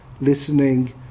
listening